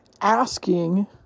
asking